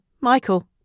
Michael